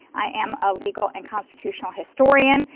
i am a legal and constitutional historian.